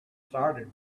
started